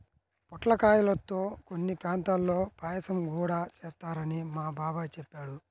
పొట్లకాయల్తో కొన్ని ప్రాంతాల్లో పాయసం గూడా చేత్తారని మా బాబాయ్ చెప్పాడు